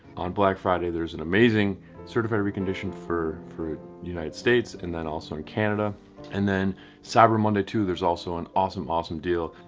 on black friday, there's an amazing certified reconditioned for the united states. and then also canada and then cyber monday too. there's also an awesome awesome deal.